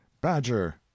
badger